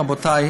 רבותיי,